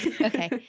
Okay